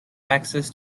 access